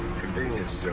convenience